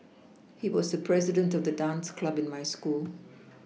he was the president of the dance club in my school